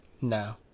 No